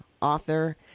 author